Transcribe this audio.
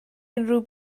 unrhyw